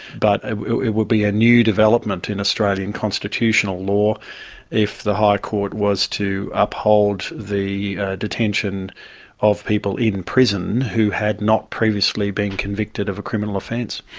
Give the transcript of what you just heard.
but it would be a new development in australian constitutional law if the high court was to uphold the detention of people in prison who had not previously been convicted of a criminal offence.